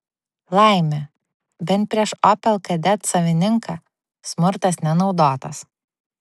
laimė bent prieš opel kadet savininką smurtas nenaudotas